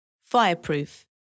Fireproof